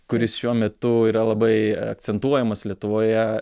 kuris šiuo metu yra labai akcentuojamas lietuvoje